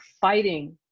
fighting